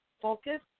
focus